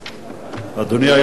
אדוני היושב-ראש,